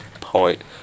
point